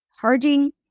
charging